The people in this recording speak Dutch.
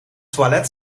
toilet